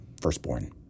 firstborn